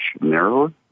narrower